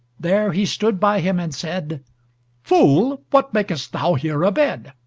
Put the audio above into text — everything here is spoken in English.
there he stood by him and said fool, what mak'st thou here abed?